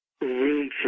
room